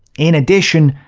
in addition,